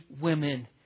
women